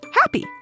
happy